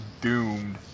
doomed